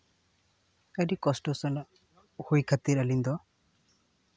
ᱟᱹᱰᱤ ᱠᱚᱥᱴᱚ ᱥᱟᱞᱟᱜ ᱦᱩᱭ ᱠᱷᱟᱹᱛᱤᱨ ᱟᱹᱞᱤᱧ ᱫᱚ